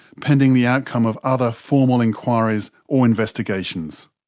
pending the outcome of other formal inquiries or investigations'.